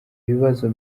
ibibazo